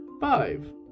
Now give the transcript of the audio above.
Five